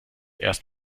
erst